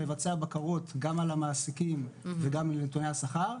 מבצע בקרות גם על המעסיקים וגם על נתוני השכר,